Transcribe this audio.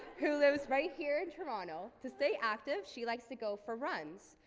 who lives right here in toronto. to stay active, she likes to go for runs.